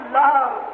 love